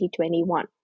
2021